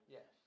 Yes